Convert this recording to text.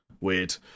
Weird